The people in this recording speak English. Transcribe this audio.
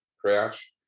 Crouch